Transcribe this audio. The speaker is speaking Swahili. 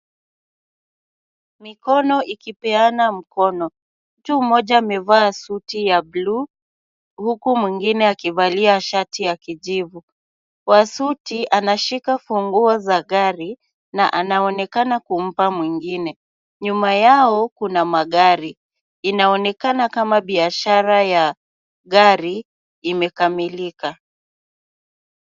Mikono ikipeana mkono. Mtu mmoja amevaa suti ya bluu, huku mwingine akivalia shati ya kijivu. Wa suti anashika funguo za gari na anaonekana kumpa mwingine. Nyuma yao kuna magari. Inaonekana kama biashara ya gari imekamilika.